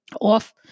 off